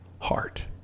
heart